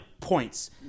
points